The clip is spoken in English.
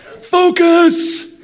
Focus